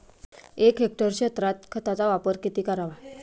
एक हेक्टर क्षेत्रात खताचा वापर किती करावा?